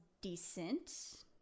decent